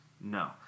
No